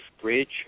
Bridge